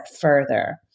further